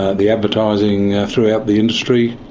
ah the advertising throughout the industry,